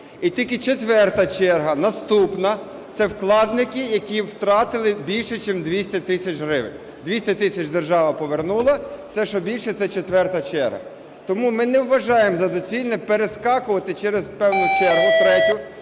І тільки четверта черга, наступна – це вкладники, які втратили більше ніж 200 тисяч гривень. 200 тисяч держава повернула, все, що більше, – це четверта черга. Тому ми не вважаємо за доцільне перескакувати через певну чергу, третю,